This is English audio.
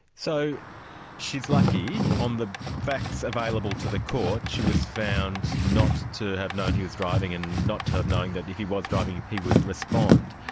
so she is lucky on the facts available to the court she was found not to have known he was driving and not to have known that if he was driving he would respond.